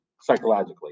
psychologically